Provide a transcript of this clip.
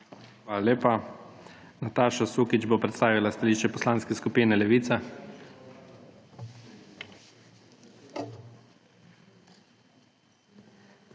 Hvala lepa. Nataša Sukič bo predstavila stališče Poslanske skupine Levica. NATAŠA